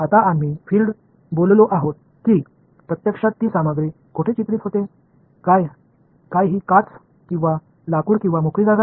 आता आम्ही फील्ड बोललो आहोत की प्रत्यक्षात ती सामग्री कोठे चित्रित होते काय हि काच किंवा लाकूड किंवा मोकळी जागा